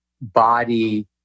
body